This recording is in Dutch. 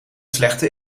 slechte